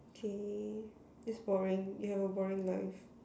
okay this boring you have a boring life